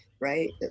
right